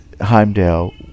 Heimdall